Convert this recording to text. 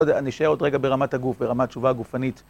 אני לא יודע, אני אשאר עוד רגע ברמת הגוף, ברמת תשובה הגופנית.